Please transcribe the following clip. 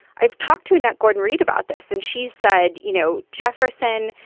i've talked to annette gordon-reed about this. and she said, you know, jefferson.